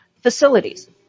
Facilities